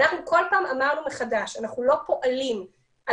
ואנחנו כל פעם אמרנו מחדש: אנחנו לא פועלים על